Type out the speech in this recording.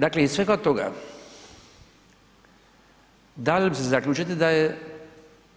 Dakle iz svega toga dalo bi se zaključiti